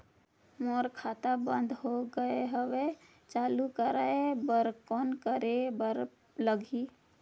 मोर खाता बंद हो गे हवय चालू कराय बर कौन करे बर लगही?